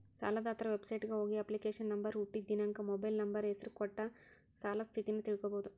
ಸಾಲದಾತರ ವೆಬಸೈಟ್ಗ ಹೋಗಿ ಅಪ್ಲಿಕೇಶನ್ ನಂಬರ್ ಹುಟ್ಟಿದ್ ದಿನಾಂಕ ಮೊಬೈಲ್ ನಂಬರ್ ಹೆಸರ ಕೊಟ್ಟ ಸಾಲದ್ ಸ್ಥಿತಿನ ತಿಳ್ಕೋಬೋದು